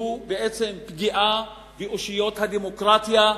שהוא פגיעה באושיות הדמוקרטיה,